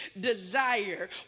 desire